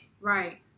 right